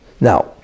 now